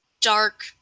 dark